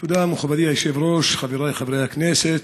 תודה, מכובדי היושב-ראש, חבריי חברי הכנסת,